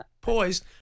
poised